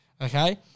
Okay